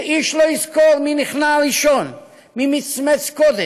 ואיש לא יזכור מי נכנע ראשון, מי מצמץ קודם,